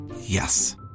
Yes